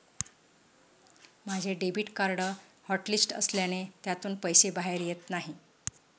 माझे debit card hotlist असल्याने त्यातून पैसे बाहेर येत नाही